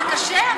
זה קשה,